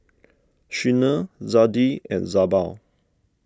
Sheena Zadie and Jabbar